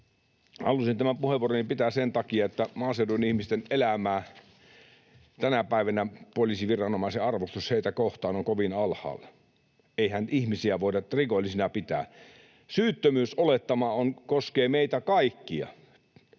Halusin tämän puheenvuoroni pitää sen takia, että tänä päivänä poliisiviranomaisen arvostus maaseudun ihmisten elämää kohtaan on kovin alhaalla. Eihän ihmisiä voida rikollisina pitää. Syyttömyysolettama koskee meitä kaikkia